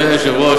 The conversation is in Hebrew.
אדוני היושב-ראש,